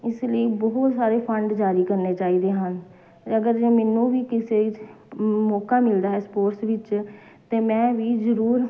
ਇਸ ਲਈ ਬਹੁਤ ਸਾਰੇ ਫੰਡ ਜਾਰੀ ਕਰਨੇ ਚਾਹੀਦੇ ਹਨ ਅਗਰ ਜੇ ਮੈਨੂੰ ਵੀ ਕਿਸੇ 'ਚ ਮੌਕਾ ਮਿਲਦਾ ਹੈ ਸਪੋਰਟਸ ਵਿੱਚ ਤਾਂ ਮੈਂ ਵੀ ਜ਼ਰੂਰ